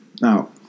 now